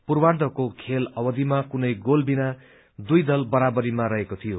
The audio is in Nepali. पूर्वाद्धको खेल अवधिमा कुनै गोल विना दुइ दल बराबरीमा रहेका थिए